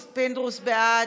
פינדרוס, בעד,